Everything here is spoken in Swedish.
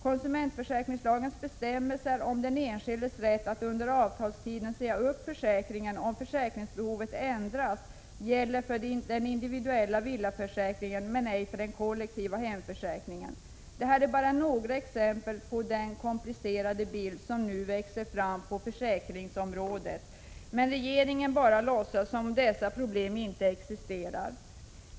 Konsumentförsäkringslagens bestämmelse om den enskildes rätt att under avtalstiden säga upp försäkringen om försäkringsbehovet ändras gäller för den individuella villaförsäkringen men ej för den kollektiva hemförsäkringen. Detta är bara några exempel på den komplicerade bild som nu växer fram på försäkringsområdet. Men regeringen låtsas bara som att dessa problem inte existerar.